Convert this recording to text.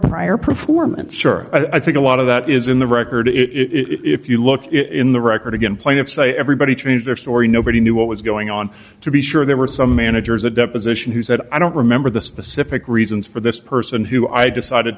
prior performance sure i think a lot of that is in the record it if you look in the record again plaintiffs say everybody changed their story nobody knew it was going on to be sure there were some managers a deposition who said i don't remember the specific reasons for this person who i decided